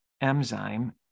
enzyme